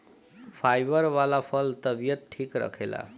fibre वाला फल तबियत ठीक रखेला